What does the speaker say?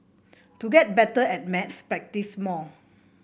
to get better at maths practise more